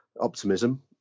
optimism